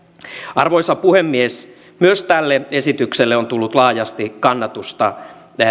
arvoisa puhemies myös tälle esitykselle on tullut laajasti kannatusta